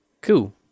cool